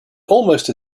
almost